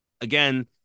again